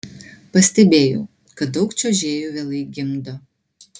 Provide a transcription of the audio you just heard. pastebėjau kad daug čiuožėjų vėlai gimdo